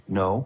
no